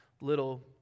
little